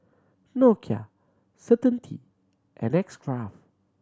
Nokia Certainty and X Craft